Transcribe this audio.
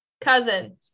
cousin